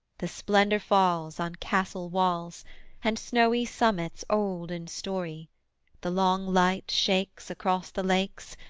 the splendour falls on castle walls and snowy summits old in story the long light shakes across the lakes,